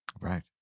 right